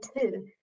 two